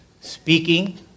speaking